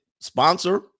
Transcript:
sponsor